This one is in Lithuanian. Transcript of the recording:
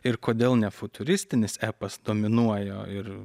ir kodėl ne futuristinis epas dominuoja ir